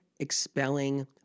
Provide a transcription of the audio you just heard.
expelling